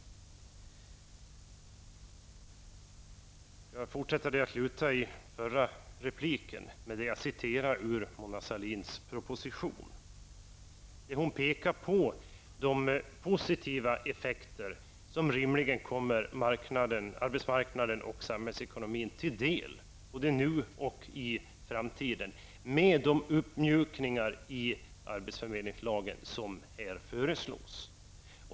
Jag skall fortsätta där jag slutade i min förra replik, där jag citerade ur Mona Sahlins proposition. Hon pekar på de positiva effekter som rimligen kommer arbetsmarknaden och samhällsekonomin till del, både nu och i framtiden, med de uppmjukningar i arbetsförmedlingslagen som föreslås.